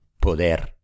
Poder